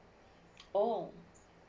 oh